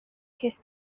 cest